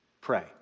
pray